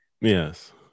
Yes